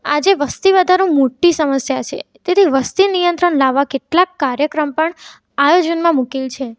આજે વસ્તી વધારો મોટી સમસ્યા છે તેથી વસ્તી નિયંત્રણ લાવવા કેટલાક કાર્યક્રમ પણ આયોજનમાં મૂકેલ છે